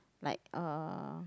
like uh